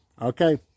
Okay